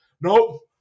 nope